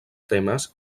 temes